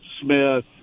Smith